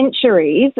centuries